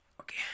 Okay